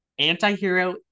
Antihero